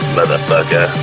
Motherfucker